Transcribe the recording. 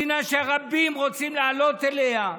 זו מדינה שרבים רוצים לעלות אליה.